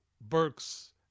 Burks